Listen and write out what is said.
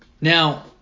Now